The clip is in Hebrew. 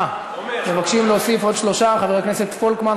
מבקשים להוסיף עוד שלושה: חבר הכנסת פולקמן,